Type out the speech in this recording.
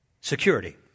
Security